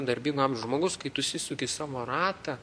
darbingo amžiaus žmogus kai tu įsisuki į savo ratą